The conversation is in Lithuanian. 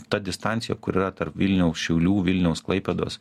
ta distancija kur yra tarp vilniaus šiaulių vilniaus klaipėdos